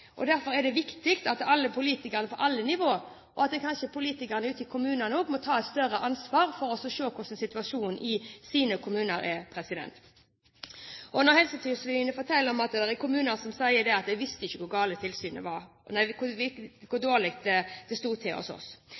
derfor er det viktig at alle politikere, på alle nivå, tar et større ansvar. Også politikerne ute i kommunene må kanskje ta et større ansvar for å se på hvordan situasjonen i deres kommuner er, når Helsetilsynet forteller at det er kommuner som sier at de ikke visste hvor dårlig det sto til hos dem. Så vil jeg ta opp en ting på slutten her, og det